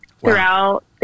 throughout